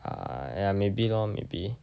ah ya maybe lor maybe